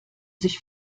sich